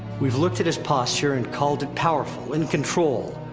we've looked at his posture and called it powerful, in control,